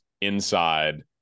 inside